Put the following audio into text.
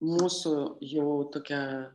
mūsų jau tokia